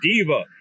Diva